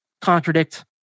contradict